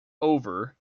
over